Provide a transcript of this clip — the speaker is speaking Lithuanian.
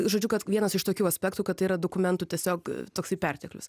žodžiu kad vienas iš tokių aspektų kad tai yra dokumentų tiesiog toksai perteklius